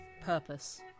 purpose